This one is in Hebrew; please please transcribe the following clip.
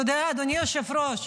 אתה יודע, אדוני היושב-ראש,